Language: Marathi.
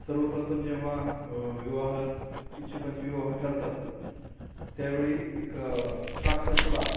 सर्वप्रथम जेव्हा विवाह इच्छुकांची विवाह ठरतात त्यावेळी एक साखरपुडा